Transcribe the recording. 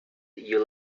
you